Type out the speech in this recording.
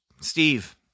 steve